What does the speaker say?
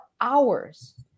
hours